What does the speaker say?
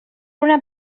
una